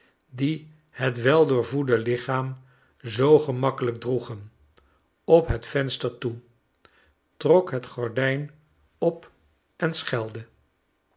die het weldoorvoede lichaam zoo gemakkelijk droegen op het venster toe trok het gordijn op en schelde